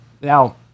Now